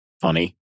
funny